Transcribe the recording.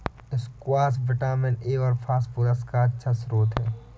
squash vitamin A और phosphorus का अच्छा श्रोत है